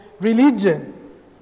religion